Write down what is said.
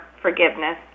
forgiveness